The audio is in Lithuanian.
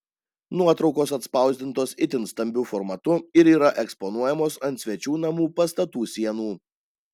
nuotraukos atspausdintos itin stambiu formatu ir yra eksponuojamos ant svečių namų pastatų sienų